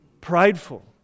Prideful